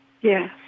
Yes